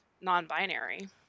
non-binary